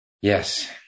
yes